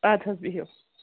اَدٕ حظ بِہِو